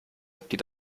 die